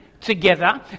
together